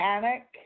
panic